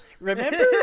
Remember